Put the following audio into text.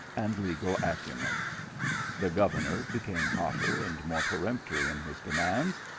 and legal acumen the governor became hotter and more peremptory in his demands,